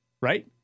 Right